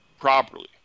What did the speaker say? properly